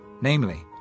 namely